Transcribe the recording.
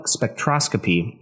spectroscopy